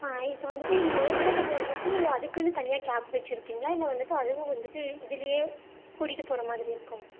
ஆ இப்போ வந்துவிட்டு நீங்கள் ஏற்காடுக்கு வந்துவிட்டு அதுக்குன்னு தனியாக கேப் வச்சி இருப்பீங்களா இல்லை வந்துவிட்டு அதுவும் வந்துவிட்டு இதுலையே கூட்டிகிட்டு போகறமாதிரி இருக்கும்